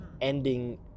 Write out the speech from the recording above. ending